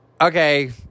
Okay